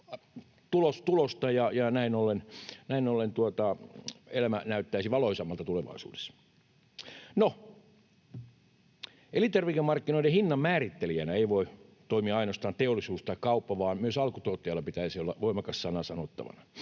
tuloa ja näin ollen elämä näyttäisi valoisammalta tulevaisuudessa. Elintarvikemarkkinoiden hinnan määrittelijänä ei voi toimia ainoastaan teollisuus tai kauppa, vaan myös alkutuottajalla pitäisi olla voimakas sana sanottavana.